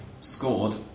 scored